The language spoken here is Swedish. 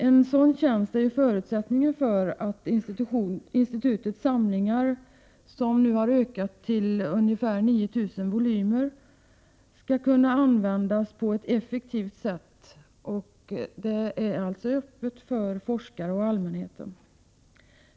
En sådan tjänst är en förutsättning för att institutets samlingar, som nu har ökat till ungefär 9 000 volymer, skall kunna användas på ett effektivt sätt. Biblioteket är öppet för forskare och för allmänheten.